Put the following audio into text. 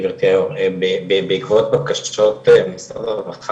בעקבות בקשות נוספות,